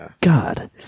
God